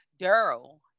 Daryl